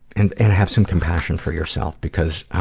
and and have some compassion for yourself because